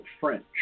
French